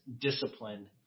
discipline